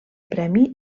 premi